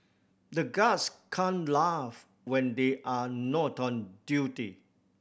the guards can't laugh when they are not on duty